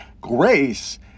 Grace